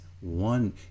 one